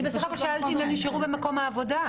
אני בסך הכול שאלתי אם הם נשארו במקום העבודה,